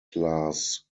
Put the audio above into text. class